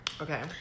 Okay